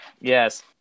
Yes